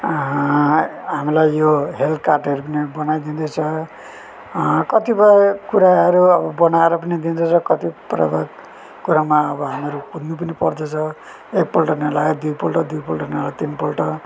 हामीलाई यो हेल्थ कार्डहरू पनि बनाइदिँदैछ कतिपय कुराहरू अब बनाएर पनि दिँदैछ प्रकार कुरामा हामीहरू कुद्नु पनि पर्दछ एकपल्ट नलागे दुईपल्ट दुईपल्ट नभए तिनपल्ट